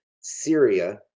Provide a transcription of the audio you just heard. Syria